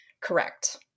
correct